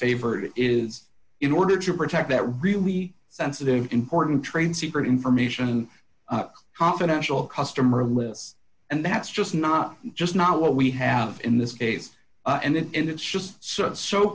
favored is in order to protect that really sensitive important trade secret information confidential customer list and that's just not just not what we have in this case and it's just so